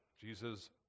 Jesus